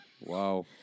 Wow